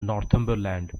northumberland